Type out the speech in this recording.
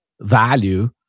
value